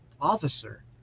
officer